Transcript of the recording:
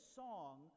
song